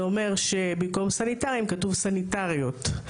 זה אומר שבמקום סניטרים כתוב סניטריות.